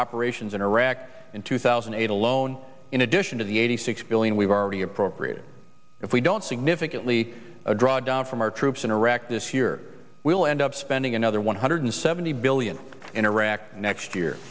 operations in iraq in two thousand and eight alone in addition to the eighty six billion we've already appropriated if we don't significantly a drawdown from our troops in iraq this year will end up spending another one hundred seventy billion in iraq next year